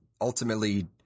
ultimately